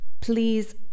please